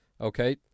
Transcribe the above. Okay